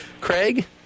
Craig